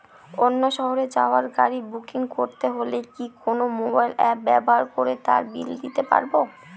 অন্য শহরে যাওয়ার গাড়ী বুকিং করতে হলে কি কোনো মোবাইল অ্যাপ ব্যবহার করে তার বিল দিতে পারব?